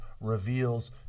reveals